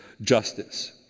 justice